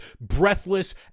breathless